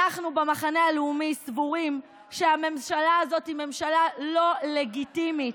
אנחנו במחנה הלאומי סבורים שהממשלה הזו היא ממשלה לא לגיטימית,